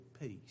peace